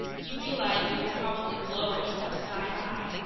you realize that we'll probably blow ourselves skyhigh?